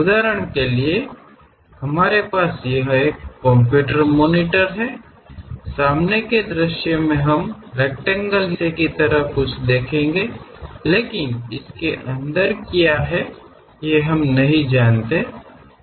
उदाहरण के लिए हमारे पास यह एक कोम्प्यूटर मॉनिटर है सामने के दृश्य में यह हम एक रक्टैंगल हिस्से की तरह कुछ देखेंगे लेकिन इसके अंदर क्या है यह हम नहीं जानते हैं